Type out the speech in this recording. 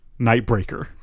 Nightbreaker